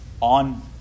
on